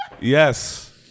Yes